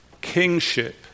kingship